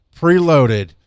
preloaded